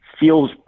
feels